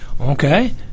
Okay